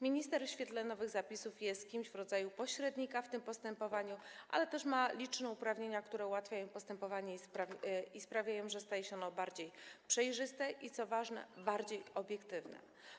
Minister w świetle nowych zapisów jest kimś w rodzaju pośrednika w tym postępowaniu, ale ma też liczne uprawnienia, które ułatwiają postępowanie i sprawiają, że staje się ono bardziej przejrzyste i, co ważne, bardziej obiektywne.